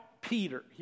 Peter